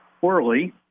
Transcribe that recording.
poorly